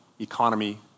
economy